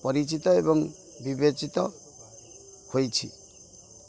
ପରିଚିତ ଏବଂ ବିବେଚିତ ହୋଇଛି